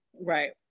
Right